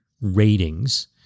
ratings